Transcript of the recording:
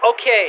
Okay